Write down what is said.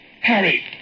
Harry